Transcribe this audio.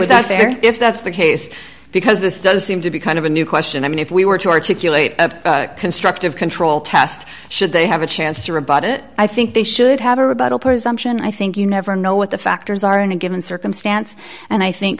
that there if that's the case because this does seem to be kind of a new question i mean if we were to articulate a constructive control test should they have a chance to rebut it i think they should have a rebuttal presumption i think you never know what the factors are in a given circumstance and i think